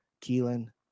Keelan